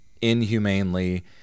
inhumanely